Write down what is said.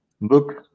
look